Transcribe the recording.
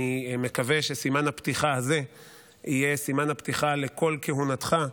אני מקווה שסימן הפתיחה הזה יהיה סימן הפתיחה לכל כהונתך,